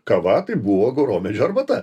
kava tai buvo gauromečių arbata